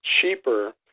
cheaper